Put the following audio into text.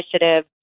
initiative